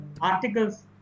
articles